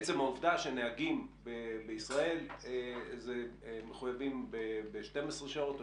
עצם העובדה שנהגים בישראל מחויבים ב-12 שעות או